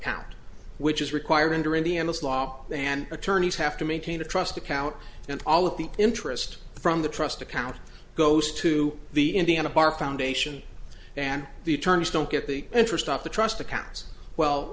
count which is required under indiana's law and attorneys have to maintain a trust account and all of the interest from the trust account goes to the indiana bar foundation and the attorneys don't get the interest off the trust accounts well